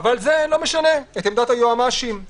אבל זה לא משנה את עמדת היועצים המשפטיים